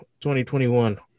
2021